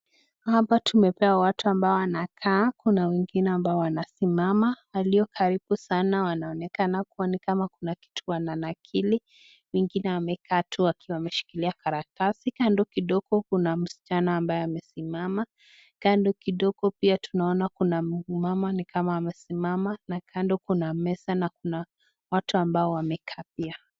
Hapa tumepewa watu ambao wanakaa, kuna wengine ambao wanasimama. Aliye karibu sana anaonekana kuwa ni kama kuna kitu ananakili, wengine wamekaa tu wakishikilia karatasi. Kando kidogo huku kuna msichana ambaye amesimama. Kando kidogo pia tunaona kuna mama ni kama amesimama na kando kuna meza na kuna watu ambao wamekaa pia.